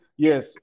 Yes